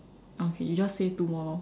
okay you just say two more lor